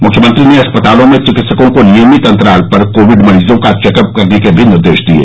मुख्यमंत्री ने अस्पतालों में चिकित्सकों को नियमित अंतराल पर कोविड मरीजों का चैकअप करने के भी निर्देश दिये